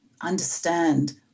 understand